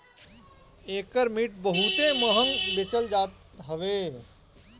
एकर मिट बहुते महंग बेचल जात हवे